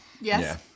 Yes